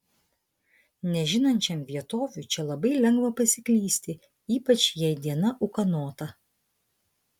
nežinančiam vietovių čia labai lengva pasiklysti ypač jei diena ūkanota